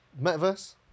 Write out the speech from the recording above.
Metaverse